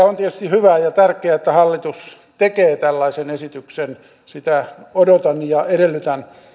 on tietysti hyvä ja tärkeää että hallitus tekee tällaisen esityksen sitä odotan ja edellytän